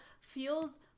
feels